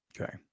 Okay